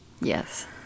Yes